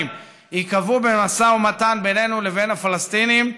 ייקבעו במשא ומתן בינינו לבין הפלסטינים,